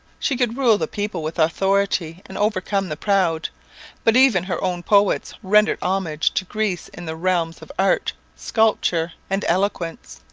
she could rule the people with authority and overcome the proud but even her own poets rendered homage to greece in the realms of art, sculpture, and eloquence.